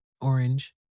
orange